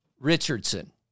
Richardson